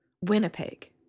Winnipeg